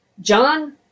John